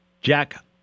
Jack